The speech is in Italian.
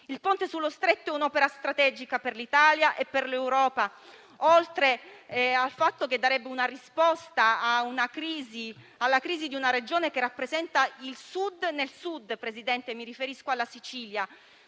Il ponte sullo Stretto è un'opera strategica per l'Italia e per l'Europa, oltre al fatto che darebbe una risposta alla crisi di una Regione che rappresenta il Sud nel Sud. Presidente, mi riferisco alla Sicilia,